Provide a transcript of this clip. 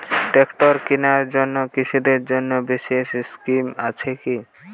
Tractor কেনার জন্য কৃষকদের জন্য বিশেষ স্কিম আছে কি?